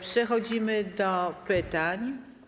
Przechodzimy do pytań.